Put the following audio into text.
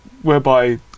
whereby